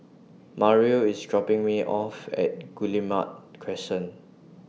Mario IS dropping Me off At Guillemard Crescent